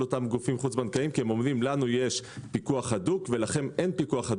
אותם גופים חוץ בנקאיים כי הם אומרים: לנו יש פיקוח הדוק ולכם אין,